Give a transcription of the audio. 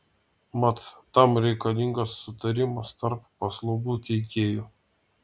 mat tam reikalingas sutarimas tarp paslaugų teikėjų